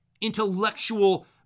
intellectual